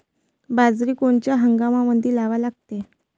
बाजरी कोनच्या हंगामामंदी लावा लागते?